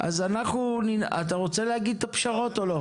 אתה רוצה להגיד מה הפשרות או לא?